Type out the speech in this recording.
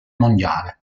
mondiale